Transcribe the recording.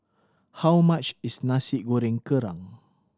how much is Nasi Goreng Kerang